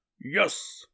Yes